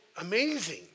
amazing